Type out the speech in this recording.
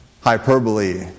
hyperbole